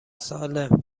سالم